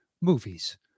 movies